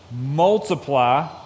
Multiply